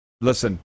listen